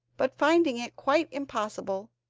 but finding it quite impossible,